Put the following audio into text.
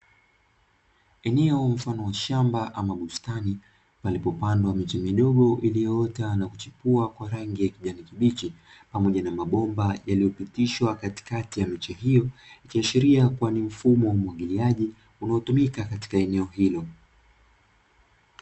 Eneo mfano wa shamba ama bustani, palipo pandwa miche midogo iliyo ota na kuchipua kwa rangi ya kijani kibichi, pamoja na mabomba yaliyopitishwa katikati ya miche hiyo, ikiashiria kuwa ni mfumo wa umwagiliaji unao tumika katika eneo hilo.